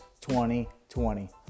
2020